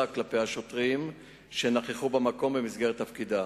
כלפי השוטרים שנכחו במקום במסגרת תפקידם.